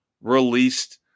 released